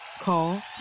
Call